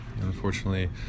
unfortunately